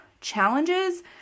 challenges